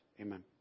Amen